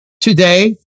Today